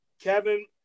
Kevin